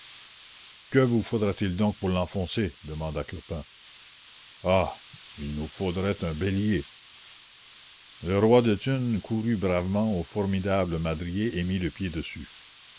que vous faudrait-il donc pour l'enfoncer demanda clopin ah il nous faudrait un bélier le roi de thunes courut bravement au formidable madrier et mit le pied dessus